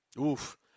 oof